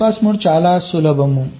BYPASS mode చాలా సులభం